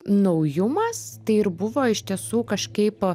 naujumas tai ir buvo iš tiesų kažkaip